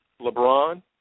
LeBron